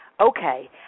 okay